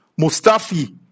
mustafi